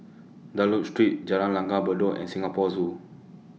Dunlop Street Jalan Langgar Bedok and Singapore Zoo